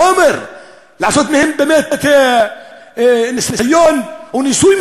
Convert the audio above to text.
אתה משתמש בהם כחומר לעשות מהם ניסוי מסוים?